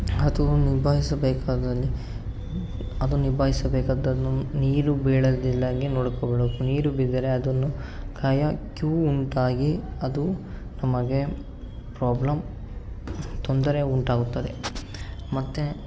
ಅದು ನಿಭಾಯಿಸಬೇಕಾದಲ್ಲಿ ಅದು ನಿಭಾಯಿಸಬೇಕಾದ್ದನ್ನು ನೀರು ಬೀಳದಿಲ್ದಂಗೆ ನೋಡ್ಕೊಬೇಕು ನೀರು ಬಿದ್ದರೆ ಅದನ್ನು ಗಾಯ ಕೀವು ಉಂಟಾಗಿ ಅದು ನಮಗೆ ಪ್ರಾಬ್ಲಮ್ ತೊಂದರೆ ಉಂಟಾಗುತ್ತದೆ ಮತ್ತು